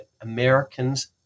Americans